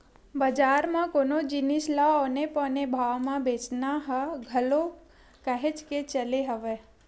बजार म कोनो जिनिस ल औने पौने भाव म बेंचना ह घलो काहेच के चले हवय